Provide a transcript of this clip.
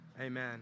amen